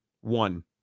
One